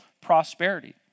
prosperity